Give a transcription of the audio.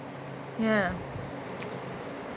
ya